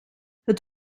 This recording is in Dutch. het